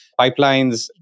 pipelines